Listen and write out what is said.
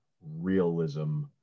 realism